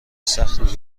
سخت